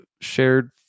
shared